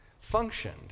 functioned